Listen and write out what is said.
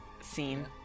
scene